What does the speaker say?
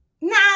No